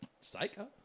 psycho